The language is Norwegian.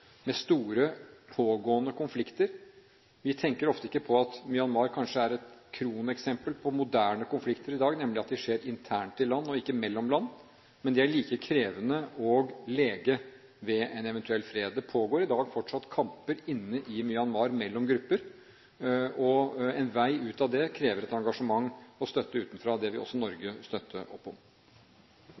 med store, pågående konflikter. Vi tenker ofte ikke på at Myanmar kanskje er et kroneksempel på moderne konflikter i dag, nemlig at de skjer internt i land og ikke mellom land. Men de er like krevende å lege ved en eventuell fred. Det pågår i dag fortsatt kamper inne i Myanmar mellom grupper. En vei ut av det krever et engasjement og støtte utenfra. Det vil også Norge støtte opp om.